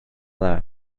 dda